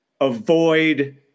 avoid